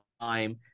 time